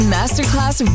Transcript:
Masterclass